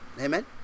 Amen